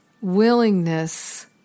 willingness